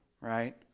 right